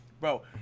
bro